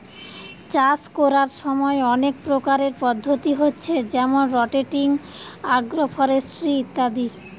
চাষ কোরার সময় অনেক প্রকারের পদ্ধতি হচ্ছে যেমন রটেটিং, আগ্রফরেস্ট্রি ইত্যাদি